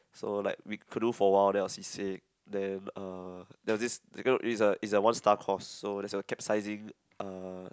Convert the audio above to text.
so like we canoe for awhile then I was seasick then uh there was this is a it's a one star course there was capsizing uh